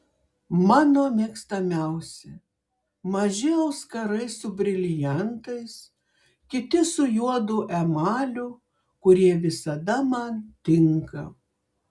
mano mėgstamiausi maži auskarai su briliantais kiti su juodu emaliu kurie visada man tinka